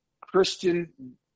Christian